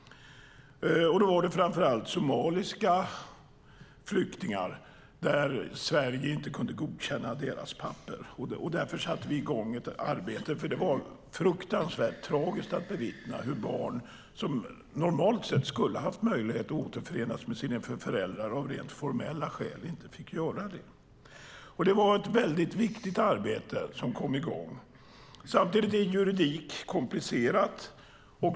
Det handlade framför allt om somaliska flyktingar. Sverige kunde inte godkänna deras papper. Därför satte vi i gång ett arbete, för det var fruktansvärt tragiskt att bevittna hur barn som normalt sett skulle ha haft möjlighet att återförenas med sina föräldrar av rent formella skäl inte fick göra det. Det var ett viktigt arbete som kom i gång. Samtidigt är juridik komplicerat.